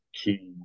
key